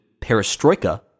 perestroika